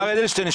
מר' אדלשטיין,